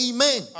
Amen